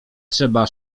trzeba